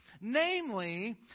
namely